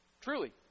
Truly